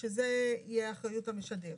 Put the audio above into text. שזו תהיה אחריות המשדר.